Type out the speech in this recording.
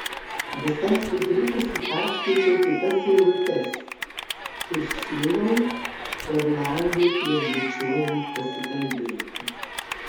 visai sutrikusi perskaičiau kitas eilutes kur siūlau orlandui prieš bučiuojant pasikalbėti